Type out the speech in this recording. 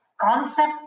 concept